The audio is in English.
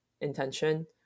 intention